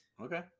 okay